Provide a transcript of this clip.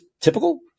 typical